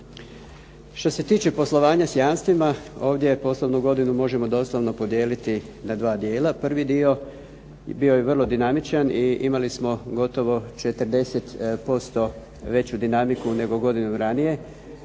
Što se tiče poslovanja s jamstvima ovdje poslovnu godinu možemo doslovno podijeliti na dva dijela. Prvi dio bio je vrlo dinamičan i imali smo gotovo 40% veću dinamiku nego godinu ranije,